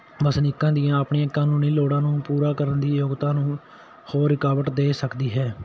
ਵਸਨੀਕਾਂ ਦੀਆਂ ਆਪਣੀਆਂ ਕਾਨੂੰਨੀ ਲੋੜਾਂ ਨੂੰ ਪੂਰਾ ਕਰਨ ਦੀ ਯੋਗਤਾ ਨੂੰ ਹੋਰ ਰੁਕਾਵਟ ਦੇ ਸਕਦੀ ਹੈ